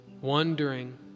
wondering